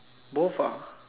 both ah